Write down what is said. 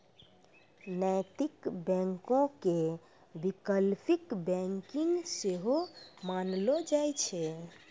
नैतिक बैंको के वैकल्पिक बैंकिंग सेहो मानलो जाय छै